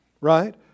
right